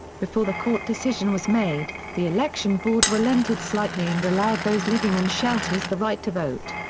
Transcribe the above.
before the court decision was made, the election board relented slightly and allowed those living in shelters the right to vote.